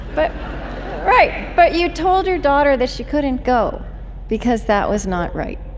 but right. but you told your daughter that she couldn't go because that was not right